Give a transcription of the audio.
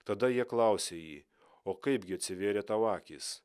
tada jie klausė jį o kaipgi atsivėrė tavo akys